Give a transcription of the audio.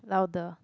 louder